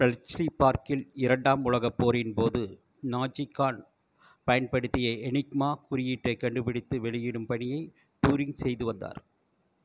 Bletchley பார்க்கில் இரண்டாம் உலகப் போரின் போது நாஜிக்கான் பயன்படுத்திய எனிக்மா குறியீட்டைக் கண்டுபிடித்து வெளியிடும் பணியை டூரிங் செய்துவந்தார்